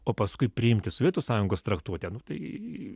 o paskui priimti sovietų sąjungos traktuotę nu tai